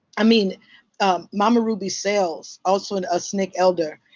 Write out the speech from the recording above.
i mean um mama ruby sayles, also and a sncc elder.